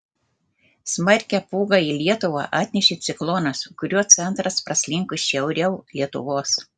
smarkią pūgą į lietuvą atnešė ciklonas kurio centras praslinko šiauriau lietuvos